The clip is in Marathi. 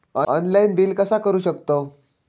ऑनलाइन बिल कसा करु शकतव?